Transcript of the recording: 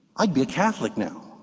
i'd be a catholic now.